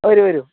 അ വരൂ വരൂ